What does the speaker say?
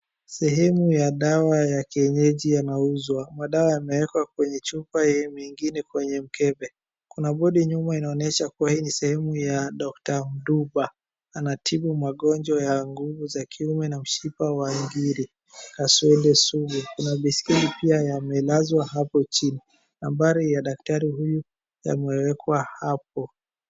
Sehemu ya dawa ya kienyenji yanauzwa. Madawa yamewekwa kwenye chupa haha mengine kwenye mkebe. Kuna bodi nyuma inaonyesha kuwa hii ni sehemu ya Dr. Ndumba, anatibu magonjwa ya nguvu za kiume na mshipa wangiri, kaswende sugu. Kuna baiskeli pia yamelazwa hapa chini, nambari ya daktari huyu yamewekwa hapo.